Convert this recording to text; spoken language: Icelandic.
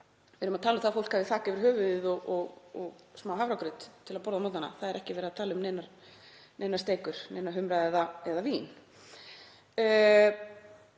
Við erum að tala um að fólk hafi þak yfir höfuðið og smá hafragraut til að borða á morgnana. Það er ekki verið að tala um neinar steikur, humra eða vín.